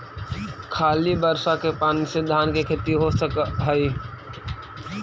खाली बर्षा के पानी से धान के खेती हो सक हइ?